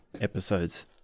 episodes